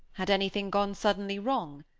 had anything gone suddenly wrong?